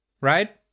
Right